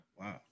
wow